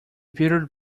bearded